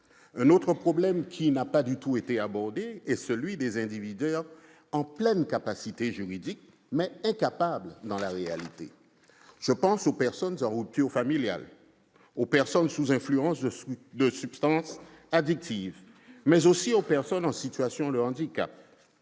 Un autre problème qui n'a pas du tout été abordé est celui des indivisaires en pleine capacité juridique, mais « incapables » dans la réalité. Je pense aux personnes en rupture familiale, aux personnes sous influence de substances addictives, mais aussi aux personnes en situation de handicap.